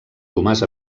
tomàs